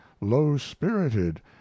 low-spirited